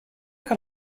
can